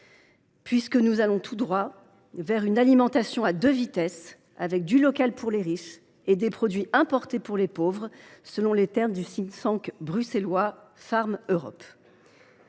Nous allons tout droit vers « une alimentation à deux vitesses, avec du local pour les riches, et des produits importés pour les pauvres », selon les termes du think tank bruxellois. Enfin,